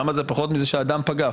למה זה פחות מזה שאדם פגע?